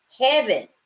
heaven